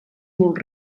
molt